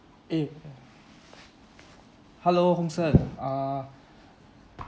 eh uh hello hong sen uh